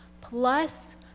plus